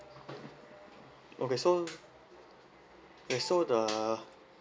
okay so okay so the